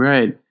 Right